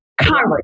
Congress